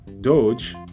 Doge